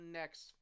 next